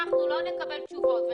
אחרי ישיבות הסיעה.